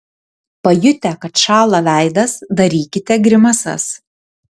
pajutę kad šąla veidas darykite grimasas